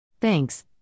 Thanks